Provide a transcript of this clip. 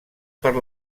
per